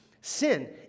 sin